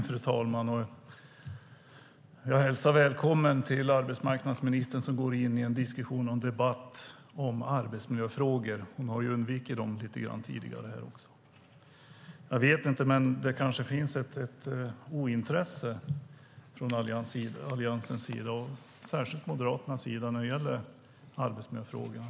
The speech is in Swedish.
Fru talman! Jag hälsar arbetsmarknadsministern välkommen till en diskussion och en debatt om arbetsmiljöfrågor. Hon har ju lite grann undvikit dem tidigare. Jag vet inte, men det kanske finns ett ointresse hos Alliansen, särskilt Moderaterna, när det gäller arbetsmiljöfrågan.